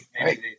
right